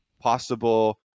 possible